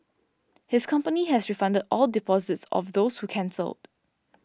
his company has refunded all deposits of those who cancelled